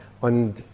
und